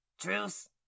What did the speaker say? Truce